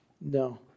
No